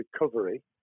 recovery